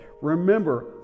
remember